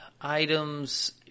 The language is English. items